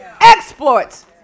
Exploits